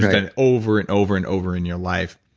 and over and over and over in your life,